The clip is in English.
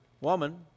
woman